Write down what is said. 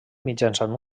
mitjançant